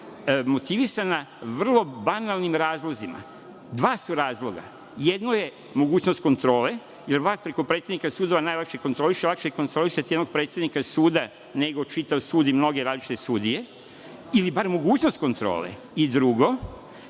motivisana vrlo banalnim razlozima. Dva su razloga. Jedno je mogućnost kontrole, jer vlast preko predsednika sudova najlakše kontroliše, lakše je kontrolisati jednog predsednika suda nego čitav sud i mnoge različite sudije, ili bar mogućnost kontrole. Drugo